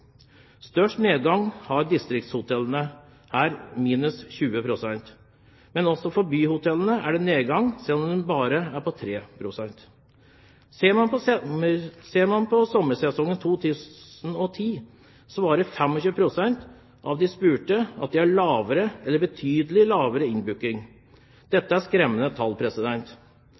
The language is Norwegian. Størst nedgang har distriktshotellene, med minus 20 pst. Men også byhotellene har en nedgang, selv om den bare er på 3 pst. Ser man på sommersesongen 2010, svarer 25 pst. av de spurte at de har lavere eller betydelig lavere innbooking. Dette er skremmende tall.